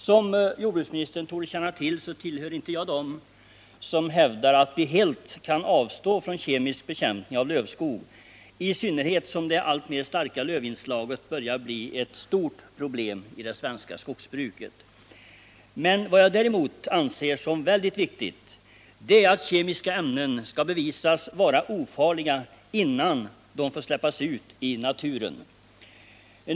Som jordbruksministern torde känna till tillhör jag inte dem som hävdar, att vi helt kan avstå från kemisk bekämpning av lövskog, i synnerhet som det alltmer starka lövinslaget börjar bli ett stort problem i det svenska skogsbruket. Men vad jag däremot anser som väldigt viktigt är att kemiska ämnen skall bevisas vara ofarliga innan de får släppas ut i naturen.